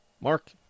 Mark